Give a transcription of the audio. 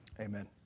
amen